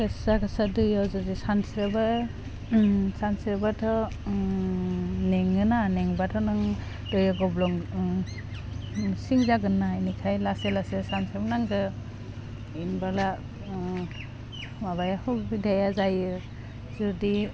गोसा गोसा दैयाव जुदि सानस्रियोबा उम सानस्रिबाथ' उम मेङोना मेंबाथ' नों दै गब्लं ओह मुंसिन जागोन्ना एनिखाइ लासै लासै सानसौ नांगौ इनबेला ओह माबायाखौ गोदाया जायो जुदि